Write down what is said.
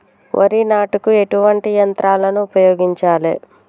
వరి నాటుకు ఎటువంటి యంత్రాలను ఉపయోగించాలే?